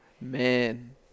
man